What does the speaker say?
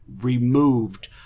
removed